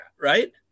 right